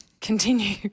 continue